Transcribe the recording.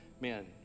man